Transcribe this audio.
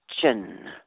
chin